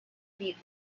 beat